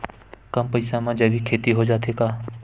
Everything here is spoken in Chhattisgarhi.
कम पईसा मा जैविक खेती हो जाथे का?